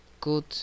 good